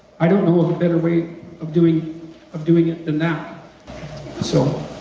i don't know of a better way of doing of doing it than that. so